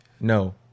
no